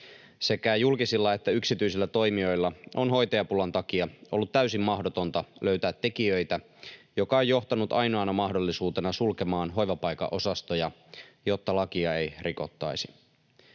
Sekä julkisten että yksityisten toimijoiden on hoitajapulan takia ollut täysin mahdotonta löytää tekijöitä, mikä on johtanut ainoana mahdollisuutena sulkemaan hoivapaikan osastoja, jotta lakia ei rikottaisi.